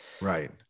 Right